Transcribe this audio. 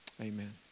Amen